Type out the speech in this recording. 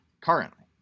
currently